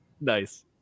Nice